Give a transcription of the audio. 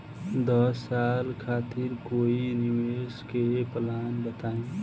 दस साल खातिर कोई निवेश के प्लान बताई?